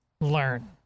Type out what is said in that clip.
learn